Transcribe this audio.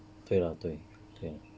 对啦对对